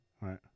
right